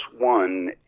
one